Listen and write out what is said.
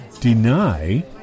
deny